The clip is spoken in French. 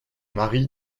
mari